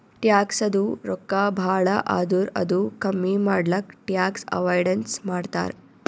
ಟ್ಯಾಕ್ಸದು ರೊಕ್ಕಾ ಭಾಳ ಆದುರ್ ಅದು ಕಮ್ಮಿ ಮಾಡ್ಲಕ್ ಟ್ಯಾಕ್ಸ್ ಅವೈಡನ್ಸ್ ಮಾಡ್ತಾರ್